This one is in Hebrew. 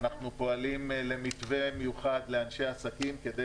אנחנו פועלים למתווה מיוחד לאנשי עסקים כדי